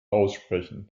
aussprechen